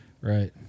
Right